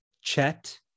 Chet